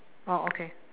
oh okay